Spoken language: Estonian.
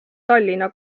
tallinna